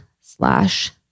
slash